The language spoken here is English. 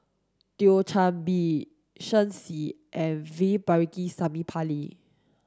Thio Chan Bee Shen Xi and V Pakirisamy Pillai